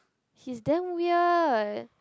he's damn weird